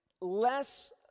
less